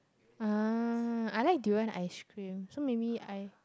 mm I like durian ice cream so maybe I